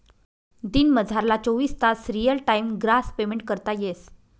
दिनमझारला चोवीस तास रियल टाइम ग्रास पेमेंट करता येस